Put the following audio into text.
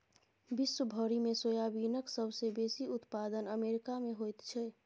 विश्व भरिमे सोयाबीनक सबसे बेसी उत्पादन अमेरिकामे होइत छै